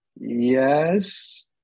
Yes